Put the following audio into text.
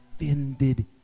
offended